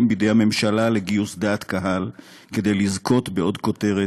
בידי הממשלה לגיוס דעת קהל כדי לזכות בעוד כותרת,